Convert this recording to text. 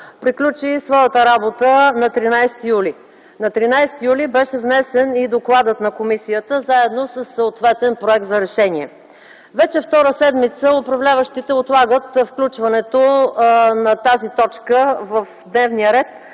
приключи своята работа на 13 юли 2010 г. На 13 юли беше внесен и докладът на комисията, заедно със съответен Проект за решение. Вече втора седмица управляващите отлагат включването на тази точка в дневния ред,